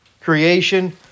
creation